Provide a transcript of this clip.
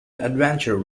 adventure